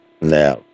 now